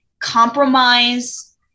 compromise